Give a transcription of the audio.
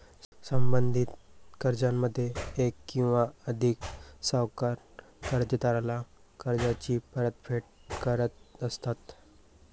संबंधित कर्जामध्ये एक किंवा अधिक सावकार कर्जदाराला कर्जाची परतफेड करत असतात